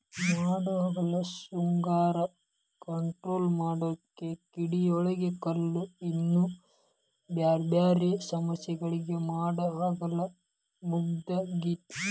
ಮಾಡಹಾಗಲ sugar control ಮಾಡಾಕ, ಕಿಡ್ನಿಯೊಳಗ ಕಲ್ಲು, ಇನ್ನೂ ಬ್ಯಾರ್ಬ್ಯಾರೇ ಸಮಸ್ಯಗಳಿಗೆ ಮಾಡಹಾಗಲ ಮದ್ದಾಗೇತಿ